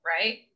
right